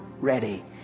ready